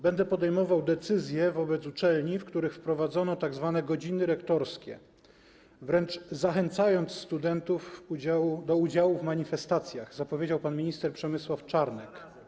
Będę podejmował decyzje wobec uczelni, w których wprowadzono tzw. godziny rektorskie, wręcz zachęcając studentów do udziału w manifestacjach - zapowiedział pan minister Przemysław Czarnek.